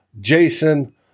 Jason